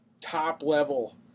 top-level